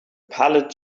pallet